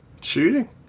Shooting